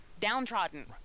downtrodden